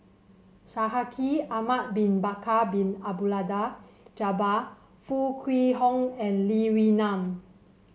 Shaikh Ahmad Bin Bakar Bin Abdullah Jabbar Foo Kwee Horng and Lee Wee Nam